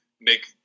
make